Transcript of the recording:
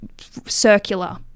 circular